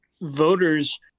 voters